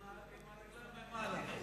עם הרגליים למעלה.